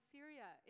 Syria